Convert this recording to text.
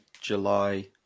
July